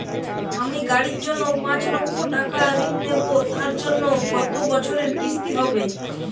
আমি গাড়ির জন্য পাঁচ লক্ষ টাকা ঋণ নেবো তার জন্য কতো বছরের কিস্তি হবে?